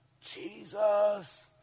Jesus